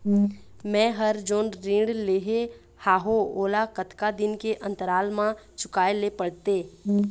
मैं हर जोन ऋण लेहे हाओ ओला कतका दिन के अंतराल मा चुकाए ले पड़ते?